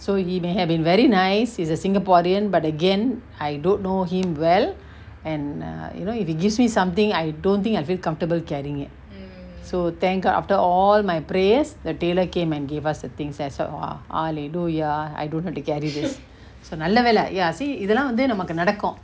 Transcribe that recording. so he may have been very nice he's a singaporean but again I don't know him well and err you know if he gives me something I don't think I'd feel comfortable getting it so thank god after all my prayers the tailor came and gave us the things then I said !wah! hallelujah I don't have to carry this so நல்ல வேல:nalla vela ya see இதலா வந்து நமக்கு நடக்கு:ithala vanthu namaku nadaku